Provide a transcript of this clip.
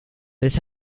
this